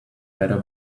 better